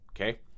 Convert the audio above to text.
Okay